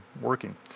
working